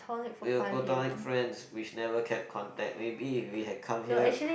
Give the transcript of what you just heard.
will platonic friends which never kept contact maybe if we had come here